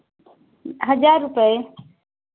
हज़ार रुपये